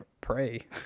pray